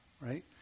right